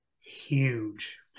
huge